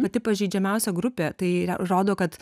pati pažeidžiamiausia grupė tai rodo kad